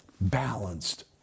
balanced